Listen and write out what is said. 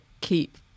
keep